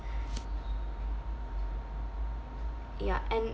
ya and